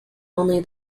only